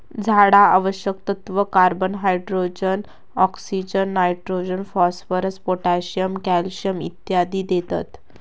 झाडा आवश्यक तत्त्व, carbon, hydrogen, oxygen, nitrogen, phosphorus, potassium, calcium इत्यादी देतत